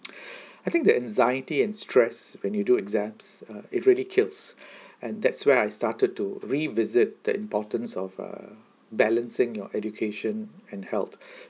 I think the anxiety and stress when you do exams uh it ready kills and that's where I started to revisit the importance of uh balancing your education and health